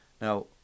Now